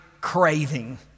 craving